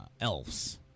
elves